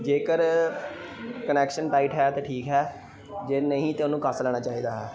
ਜੇਕਰ connection tight ਹੈ ਤਾਂ ਠੀਕ ਹੈ ਜੇ ਨਹੀਂ ਤਾਂ ਉਹਨੂੰ ਕੱਸ ਲੈਣਾ ਚਾਹੀਦਾ ਹੈ